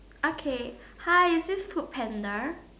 okay hi is this FoodPanda